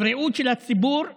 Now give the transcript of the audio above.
הבריאות של הציבור נפגעת.